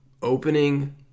Opening